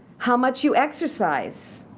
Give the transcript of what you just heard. how much you exercise.